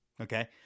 Okay